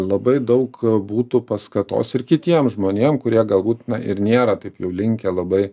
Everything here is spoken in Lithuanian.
labai daug būtų paskatos ir kitiem žmonėm kurie galbūt na ir nėra taip jau linkę labai